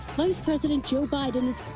vice president joe biden